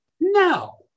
No